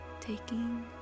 taking